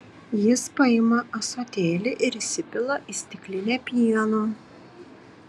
jis paima ąsotėlį ir įsipila į stiklinę pieno